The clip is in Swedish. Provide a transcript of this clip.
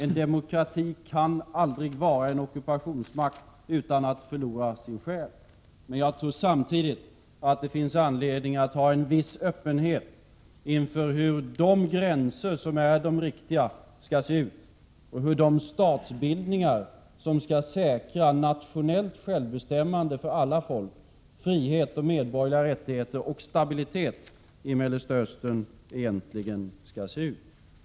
En demokrati kan aldrig vara en ockupationsmakt utan att förlora sin själ. Jag tror samtidigt att det finns anledning att ha en viss öppenhet inför hur de gränser som är de riktiga skall se ut och hur de statsbildningar som skall säkra nationellt självbestämmande för alla folk, frihet, medborgerliga rättigheter och stabilitet i Mellersta Östern egentligen skall se ut.